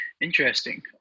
Interesting